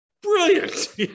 Brilliant